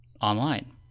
online